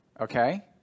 okay